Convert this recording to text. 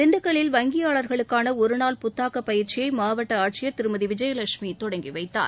திண்டுக்கல்லில் வங்கியாளர்களுக்கான ஒருநாள் புத்தாக்கப் பயிற்சியை மாவட்ட ஆட்சியார் திருமதி விஜயலட்சுமி தொடங்கி வைத்தார்